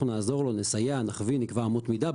אנחנו נעזור לו, נסייע, נכווין, נקבע אמות מידה.